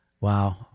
Wow